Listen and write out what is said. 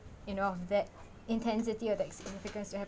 you know that intensity of that significance to have